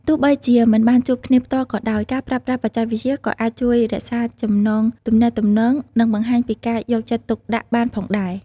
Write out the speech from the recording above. ទោះបីជាមិនបានជួបគ្នាផ្ទាល់ក៏ដោយ ការប្រើប្រាស់បច្ចេកវិទ្យាក៏អាចជួយរក្សាចំណងទំនាក់ទំនង និងបង្ហាញពីការយកចិត្តទុកដាក់បានផងដែរ។